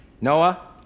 Noah